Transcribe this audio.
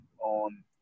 on